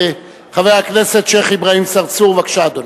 חבר הכנסת שיח' אברהים צרצור, בבקשה, אדוני.